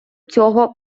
цього